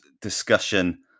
discussion